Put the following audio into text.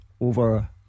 Over